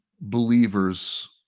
believers